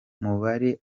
mubari